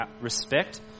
respect